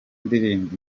ndirimbo